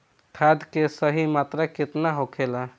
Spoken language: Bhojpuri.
खाद्य के सही मात्रा केतना होखेला?